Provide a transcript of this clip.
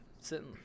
sitting